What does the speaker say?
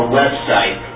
website